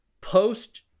post